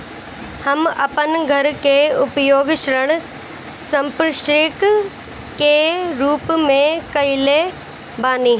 हम अपन घर के उपयोग ऋण संपार्श्विक के रूप में कईले बानी